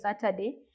Saturday